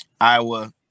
Iowa